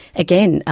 again,